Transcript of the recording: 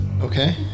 Okay